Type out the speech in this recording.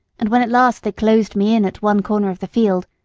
and when at last they closed me in at one corner of the field,